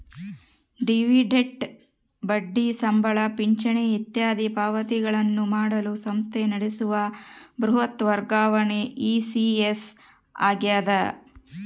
dividend ಬಡ್ಡಿ ಸಂಬಳ ಪಿಂಚಣಿ ಇತ್ಯಾದಿ ಪಾವತಿಗಳನ್ನು ಮಾಡಲು ಸಂಸ್ಥೆ ನಡೆಸುವ ಬೃಹತ್ ವರ್ಗಾವಣೆ ಇ.ಸಿ.ಎಸ್ ಆಗ್ಯದ